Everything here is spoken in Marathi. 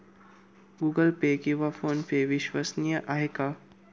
गूगल पे किंवा फोनपे विश्वसनीय आहेत का?